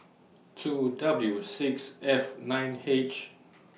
two W six F nine H